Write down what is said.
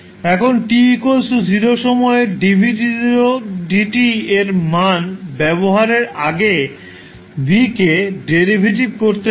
এখন t 0 সময়ে এর মান ব্যবহারের আগে v কে ডেরিভেটিভ করতে হবে